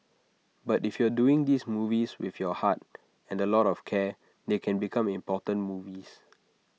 but if you doing these movies with your heart and A lot of care they can become important movies